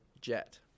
jet